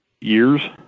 years